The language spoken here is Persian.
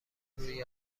روی